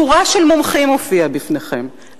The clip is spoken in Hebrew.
שורה של מומחים הופיעה בפניכם,